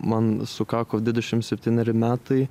man sukako dvidešim septyneri metai